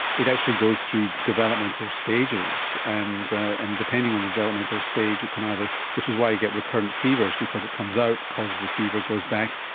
it actually goes through developmental stages. and and depending on the developmental stage it can either, which is why you get recurrent fevers because it comes out, causes a fever, goes back.